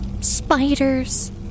Spiders